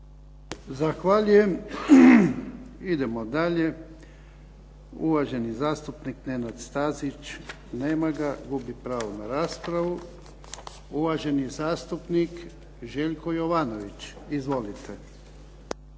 Zahvaljujem. Idemo dalje. Uvaženi zastupnik Nenad Stazić. Nema ga. Gubi pravo na raspravu. Uvaženi zastupnik Željko Jovanović. Izvolite.